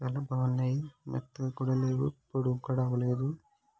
చాలా బాగున్నాయి మెత్తగా కూడా లేవు పొడి కూడా అవ్వలేదు